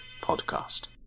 Podcast